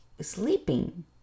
sleeping